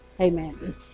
Amen